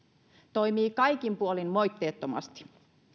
toimii kaikin puolin moitteettomasti